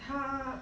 他